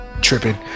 tripping